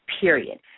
period